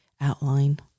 outline